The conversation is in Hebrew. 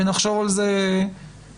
ונחשוב על זה יותר,